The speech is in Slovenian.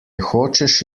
hočeš